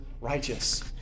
righteous